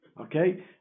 okay